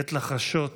עת לחשות